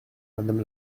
madame